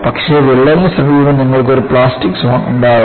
പക്ഷേ വിള്ളലിന് സമീപം നിങ്ങൾക്ക് ഒരു പ്ലാസ്റ്റിക് സോൺ ഉണ്ടാകും